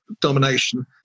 domination